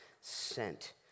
sent